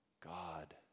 God